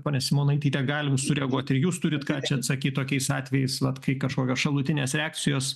pone simonaityte galim sureaguot ir jūs turit ką čia atsakyt tokiais atvejais vat kai kažkokios šalutinės reakcijos